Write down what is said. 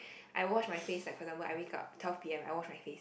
I wash my face like for example when I wake up twelve P_M I wash my face